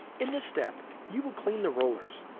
in this step, you will clean the rollers.